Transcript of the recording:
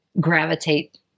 gravitate